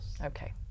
Okay